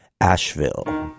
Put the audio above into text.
asheville